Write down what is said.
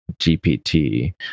GPT